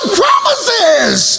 promises